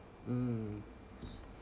hmm